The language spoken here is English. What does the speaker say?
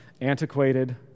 antiquated